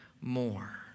more